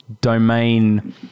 domain